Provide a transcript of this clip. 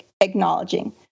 acknowledging